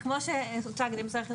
אי אפשר כי כמו שהוצג על ידי משרד החינוך,